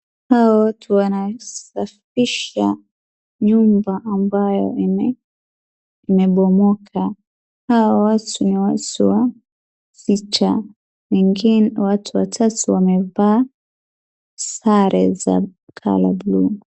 Hawa watu wanasafisha nyumba ambayo imebomoka .Hawa watu ni watu wa picha ,watu watatu amevaa sare za colour blue .